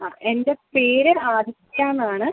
ആ എൻ്റെ പേര് ആദിത്യാന്നാണ്